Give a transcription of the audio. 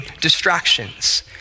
distractions